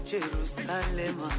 Jerusalem